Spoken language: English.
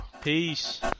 Peace